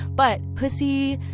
but pussy,